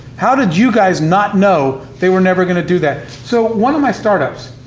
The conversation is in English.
how did you guys not know they were never gonna do that? so one of my startups,